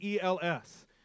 ELS